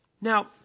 Now